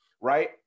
right